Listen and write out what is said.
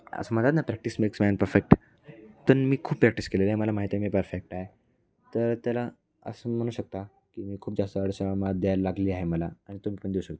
असं ना practice makes man perfect तन मी खूप प्रॅक्टिस केलेलं आहे मला माहीत आहे मी परफेक्ट आहे तर त्याला असं म्हणू शकता की मी खूप जास्त द्यायला लागली आहे मला आणि तुम्ही पण देऊ शकता